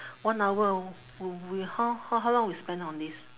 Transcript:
one hour w~ we how how how long we spend on this